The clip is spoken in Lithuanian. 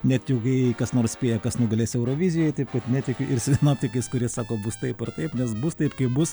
net jau kai kas nors spėja kas nugalės eurovizijoj taip kad netikiu ir sinoptikais kurie sako bus taip ar taip nes bus taip kaip bus